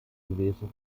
gewesen